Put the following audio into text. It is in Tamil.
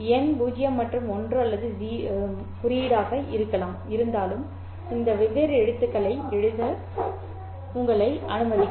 எண் 0 மற்றும் 1 அல்லது 0 மற்றும் 1 இன் குறியீடாக இருந்தாலும் இந்த வெவ்வேறு எழுத்துக்களை எழுத உங்களை அனுமதிக்கும்